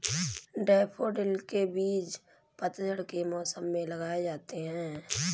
daffodil के बीज पतझड़ के मौसम में लगाए जाते हैं